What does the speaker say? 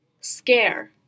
scare